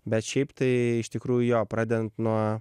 bet šiaip tai iš tikrųjų jo pradedant nuo